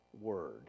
Word